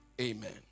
Amen